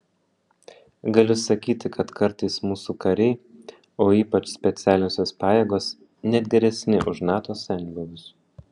galiu sakyti kad kartais mūsų kariai o ypač specialiosios pajėgos net geresni už nato senbuvius